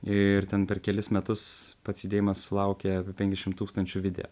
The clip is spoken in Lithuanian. ir ten per kelis metus pats judėjimas sulaukė apie penkdešimt tūkstančių video